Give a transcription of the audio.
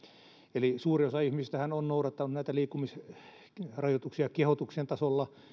eli suurin osa ihmisistähän on noudattanut näitä liikkumisrajoituksia kehotuksien tasolla